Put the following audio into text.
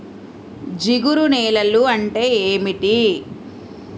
జిగురు నేలలు అంటే ఏమిటీ?